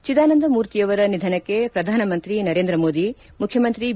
ಚಿದಾನಂದ ಮೂರ್ತಿಯವರ ನಿಧನಕ್ಕೆ ಪ್ರಧಾನಮಂತ್ರಿ ನರೇಂದ್ರ ಮೋದಿ ಮುಖ್ಯಮಂತ್ರಿ ಬಿ